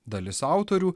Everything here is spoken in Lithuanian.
dalis autorių